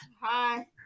Hi